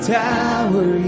tower